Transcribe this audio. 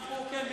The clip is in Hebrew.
כן.